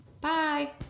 Bye